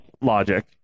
logic